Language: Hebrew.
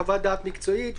חוות-דעת מקצועית,